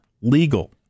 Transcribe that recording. legal